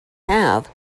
have